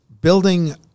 Building